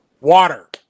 Water